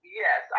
yes